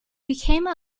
became